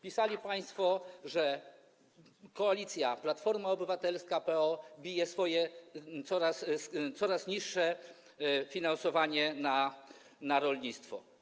Pisali państwo, że koalicja Platforma Obywatelska i PSL bije swoje... jest coraz niższe finansowanie na rolnictwo.